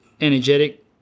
Energetic